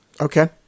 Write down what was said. Okay